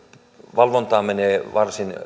valvontaan menee myös varsin